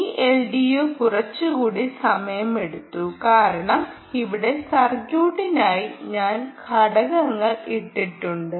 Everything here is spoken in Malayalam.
ഈ എൽഡിഒ കുറച്ചുകൂടി സമയമെടുത്തു കാരണം ഇവിടെ സർക്യൂട്ടിനായി ഞാൻ ഘടകങ്ങൾ ഇട്ടിട്ടുണ്ട്